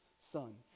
Son